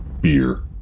Beer